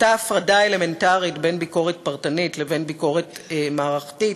אותה הפרדה אלמנטרית בין ביקורת פרטנית לבין ביקורת מערכתית,